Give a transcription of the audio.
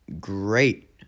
great